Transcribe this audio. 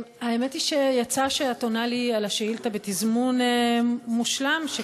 האמת היא שיצא שאת עונה לי על השאילתה בתזמון מושלם כן,